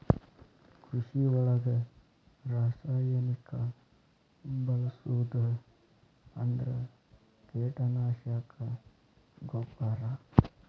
ಕೃಷಿ ಒಳಗ ರಾಸಾಯನಿಕಾ ಬಳಸುದ ಅಂದ್ರ ಕೇಟನಾಶಕಾ, ಗೊಬ್ಬರಾ